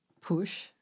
push